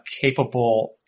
capable